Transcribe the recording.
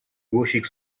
głosik